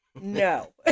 no